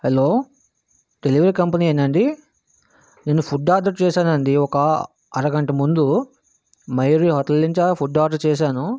hello delivery company ఏనా అండి నేను ఫుడ్ ఆర్డర్ చేసాను అండి ఒక అరగంట ముందు మయూరి హోటల్ నుంచి ఫుడ్ ఆర్డర్ చేసాను